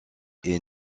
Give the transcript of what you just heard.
est